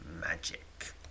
magic